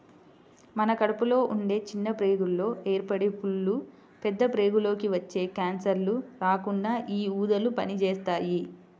మన కడుపులో ఉండే చిన్న ప్రేగుల్లో ఏర్పడే పుళ్ళు, పెద్ద ప్రేగులకి వచ్చే కాన్సర్లు రాకుండా యీ ఊదలు పనిజేత్తాయి